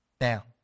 Now